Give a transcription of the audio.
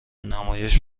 نمایش